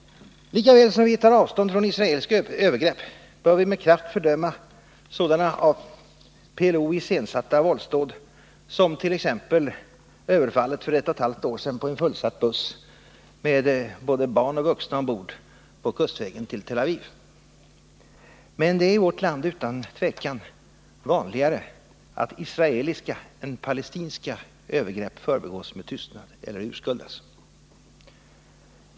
Lika väl som vi tar avstånd från israeliska övergrepp bör vi med kraft fördöma sådana av PLO iscensatta våldsdåd som t.ex. överfallet för ett och ett halvt år sedan på en fullsatt buss — med både barn och vuxna ombord — på kustvägen till Tel Aviv. Men det är i vårt land utan tvivel vanligare att israeliska än palestinska övergrepp förbigås med tystnad eller urskuldas.